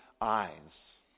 eyes